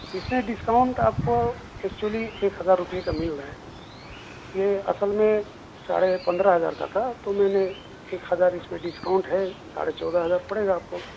اس میں ڈسکاؤنٹ آپ کو ایکچوئلی ایک ہزار روپیے کا مل رہا ہے یہ اصل میں ساڑھے پندرہ ہزار کا تھا تو میں نے ایک ہزار اس میں ڈسکاؤنٹ ہے ساڑھے چودہ ہزار پڑے گا آپ کو